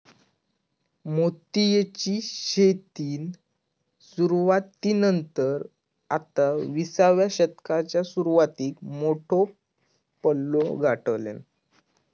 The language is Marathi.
मोतीयेची शेतीन सुरवाती नंतर आता विसाव्या शतकाच्या सुरवातीक मोठो पल्लो गाठल्यान